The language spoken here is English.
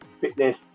fitness